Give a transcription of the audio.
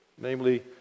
namely